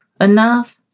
enough